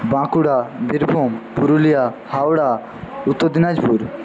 Bankura Birbhum Purulia Howrah Uttar Dinajpur